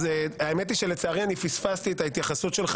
האמת היא שלצערי פספסתי את ההתייחסות שלך